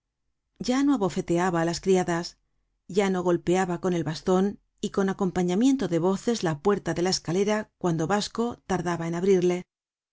ya no abofeteaba á las criadas ya no golpeaba con el baston y con acompañamiento de voces la puerta de la escalera cuando basco tardaba en abrirle